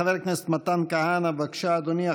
חבר הכנסת מתן כהנא, בבקשה, אדוני.